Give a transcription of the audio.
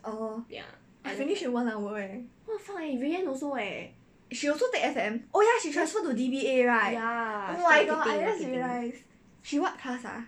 oh I finish in one hour leh she also take F_M oh ya she transfer to D_B_A right oh my god I just realise she what class ah